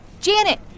Janet